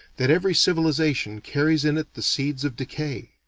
that every civilization carries in it the seeds of decay.